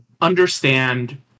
understand